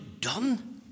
done